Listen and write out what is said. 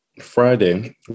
Friday